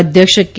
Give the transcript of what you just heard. અધ્યક્ષ કે